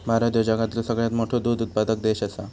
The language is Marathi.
भारत ह्यो जगातलो सगळ्यात मोठो दूध उत्पादक देश आसा